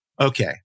okay